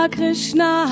Krishna